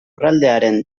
lurraldearen